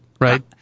right